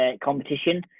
competition